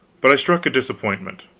but i struck a disappointment.